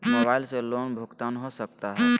Mobile से loan भुगतान हो सकता है?